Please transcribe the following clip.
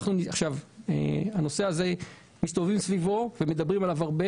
אנחנו מסתובבים סביב הנושא הזה ומדברים עליו הרבה